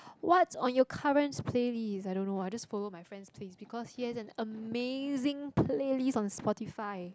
what's on your current playlist I don't know ah I just follow my friend's playlist because he has an amazing playlist on Spotify